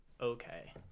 okay